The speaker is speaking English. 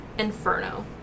Inferno